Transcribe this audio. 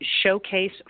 showcase